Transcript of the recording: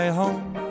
home